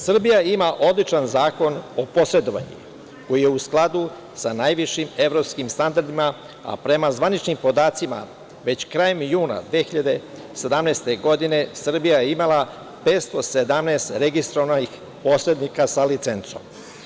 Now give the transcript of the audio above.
Srbija ima odličan Zakon o posredovanjima, koji je u skladu sa najvišim evropskim standardima, a prema zvaničnim podacima, već krajem juna 2017. godine Srbija je imala 517 registrovanih posrednika sa licencom.